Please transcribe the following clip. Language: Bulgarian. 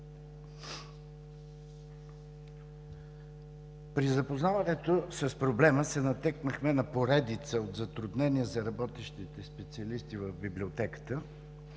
При запознаването с проблема се натъкнахме на поредица от затруднения за работещите специалисти в Библиотеката,